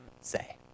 say